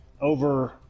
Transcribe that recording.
over